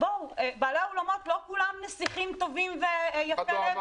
בעלי האולמות לא כולם נסיכים טובים ויפי-נפש.